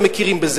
ומכירים בזה.